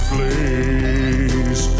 Please